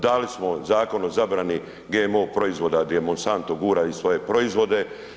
Dali smo Zakon o zabrani GMO proizvoda gdje Monsanto gura i svoje proizvode.